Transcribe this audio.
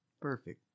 perfect